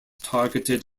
targeted